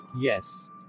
Yes